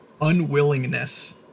unwillingness